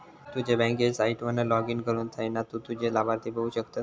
तुझ्या बँकेच्या साईटवर लाॅगिन करुन थयना तु तुझे लाभार्थी बघु शकतस